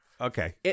Okay